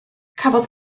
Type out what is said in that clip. cafodd